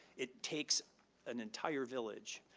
it takes an entire village.